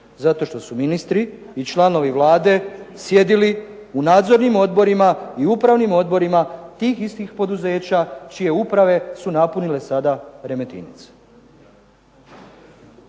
zato što su ministri i članovi Vlade sjedili u nadzornim odborima i upravnim odborima tih istih poduzeća čije uprave su napunile sada Remetinac.